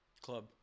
club